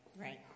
Right